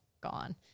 gone